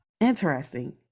interesting